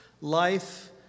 life